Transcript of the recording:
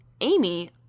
Amy